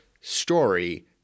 story